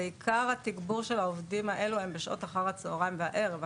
עיקר התגבור של עובדים אלו הוא בשעות אחר הצוהריים והערב.